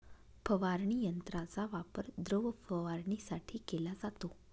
फवारणी यंत्राचा वापर द्रव फवारणीसाठी केला जातो